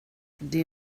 det